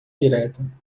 direta